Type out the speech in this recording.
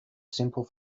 simple